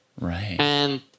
Right